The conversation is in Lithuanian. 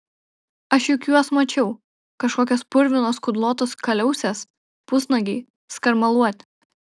aš juk juos mačiau kažkokios purvinos kudlotos kaliausės pusnuogiai skarmaluoti